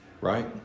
Right